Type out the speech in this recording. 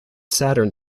saturn